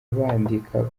bandika